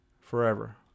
forever